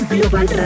Global